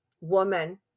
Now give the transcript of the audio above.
Woman